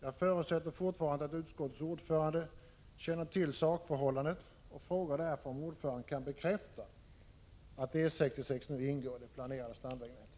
Jag förutsätter fortfarande att utskottets ordförande känner till sakförhållandet och frågar därför om ordföranden kan bekräfta att E 66 nu ingår i det planerade stamvägnätet.